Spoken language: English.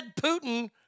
Putin